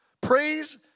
Praise